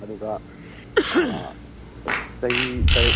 ꯑꯗꯨꯒ ꯆꯍꯤ ꯇꯔꯦꯠ